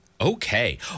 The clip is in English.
Okay